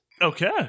Okay